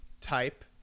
type